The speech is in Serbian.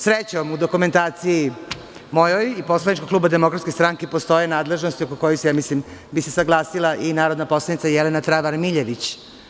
Srećom, u dokumentaciji mojoj i poslaničkog kluba DS postoje nadležnosti oko kojih bi se saglasila i narodna poslanica Jelena Travar Miljević.